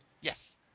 Yes